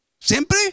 ¿Siempre